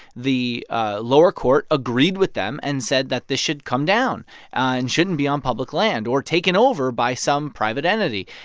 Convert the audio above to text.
the lower court agreed with them and said that this should come down and shouldn't be on public land or taken over by some private entity.